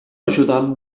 ajudant